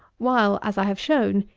while, as i have shown,